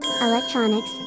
electronics